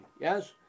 yes